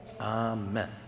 Amen